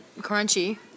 Crunchy